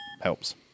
helps